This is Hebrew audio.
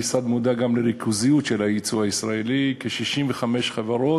המשרד מודע לריכוזיות של היצוא הישראלי: כ-65 חברות